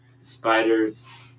spiders